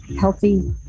healthy